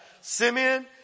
Simeon